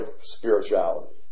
spirituality